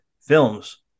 films